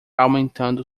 aumentando